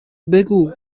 بگو